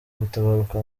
gutabaruka